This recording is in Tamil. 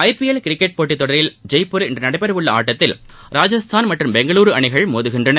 ஐ பி எல் கிரிக்கெட் போட்டித் தொடரில் ஜெய்ப்பூரில் இன்று நடைபெறவுள்ள ஆட்டத்தில் ராஜஸ்தான் மற்றும் பெங்களூரு அணிகள் மோதுகின்றன